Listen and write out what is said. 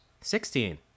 Sixteen